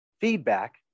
feedback